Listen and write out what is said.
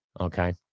Okay